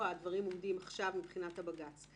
הדברים עומדים עכשיו מבחינת הבג"צ.